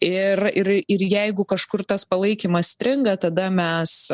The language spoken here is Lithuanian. ir ir ir jeigu kažkur tas palaikymas stringa tada mes